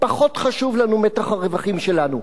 פחות חשוב לנו מתח הרווחים שלנו.